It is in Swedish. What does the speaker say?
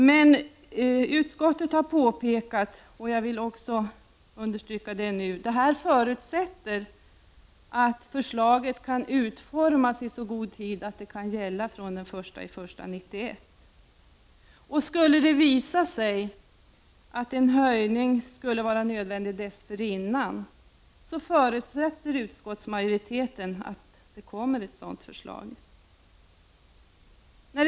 Jag vill understryka att utskottet påpekat att detta förutsätter att förslaget kan utformas i så god tid att reformen kan träda i kraft den 1 januari 1991. Skulle det visa sig att en höjning blir nödvändig dessförinnan, förutsätter utskottsmajoriteten att regeringen framlägger förslag härom.